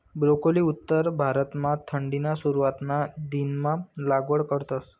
broccoli उत्तर भारतमा थंडीना सुरवातना दिनमा लागवड करतस